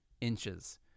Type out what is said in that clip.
inches